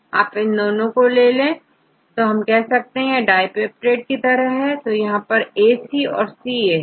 आप यदि हम इन दो को लें तो हम कह सकते हैं कि यह डाई पेप्टाइड की तरह है और यह दो AC याCA है